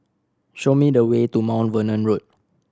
show me the way to Mount Vernon Road